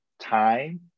time